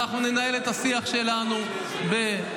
ואנחנו ננהל את השיח שלנו בכבוד,